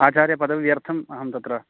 आचार्यपदव्यर्थम् अहं तत्र